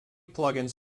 plugins